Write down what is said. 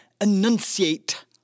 enunciate